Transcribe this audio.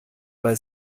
bei